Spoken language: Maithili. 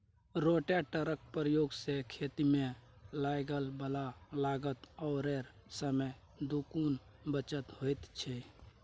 रोटेटरक प्रयोग सँ खेतीमे लागय बला लागत आओर समय दुनूक बचत होइत छै